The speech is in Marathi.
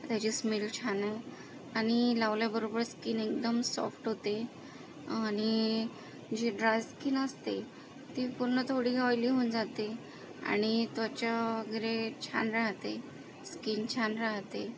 त्याची स्मेल छान आहे आणि लावल्याबरोबर स्किन एकदम सॉफ्ट होते आणि जी ड्राय स्किन असते ती पूर्ण थोडी ऑइली होऊन जाते आणि त्वचा गरे छान रहाते स्किन छान रहाते